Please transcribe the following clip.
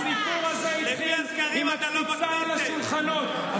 הסיפור הזה התחיל עם הקפיצה על השולחנות.